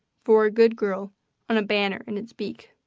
for a good girl on a banner in its beak.